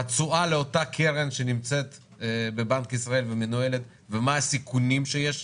התשואה לאותה קרן שנמצאת בבנק ישראל ומה הסיכונים שיש.